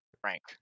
Frank